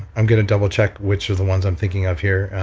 i'm going to double check which are the ones i'm thinking of here,